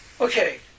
Okay